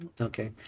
Okay